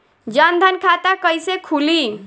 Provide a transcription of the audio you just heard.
जनधन खाता कइसे खुली?